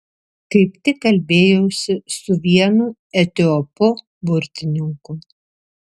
kaip tik kalbėjausi su vienu etiopu burtininku